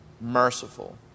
Merciful